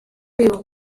vivo